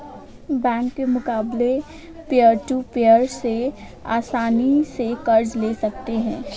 bank के मुकाबले peer to peer से आसनी से कर्ज ले सकते है